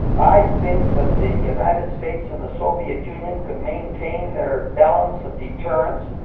i think that the united states and the soviet union could maintain their balance of deterrence,